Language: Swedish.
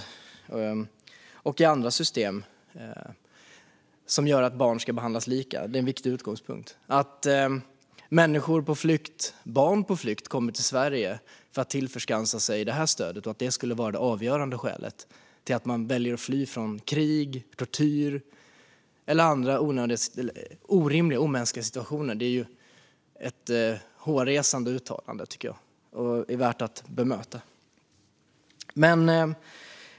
Detsamma gäller förändringar av andra system. Att barn ska behandlas lika är en viktig utgångspunkt. Men att barn på flykt kommer till Sverige för att tillskansa sig det här stödet och att det skulle vara det avgörande skälet till att de väljer att fly från krig, tortyr eller andra orimliga och omänskliga situationer är, tycker jag, ett hårresande uttalande som är värt att bemöta.